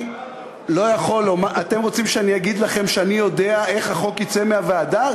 אתם רוצים שאני אגיד לכם שאני יודע איך החוק יצא מהוועדה?